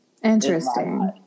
Interesting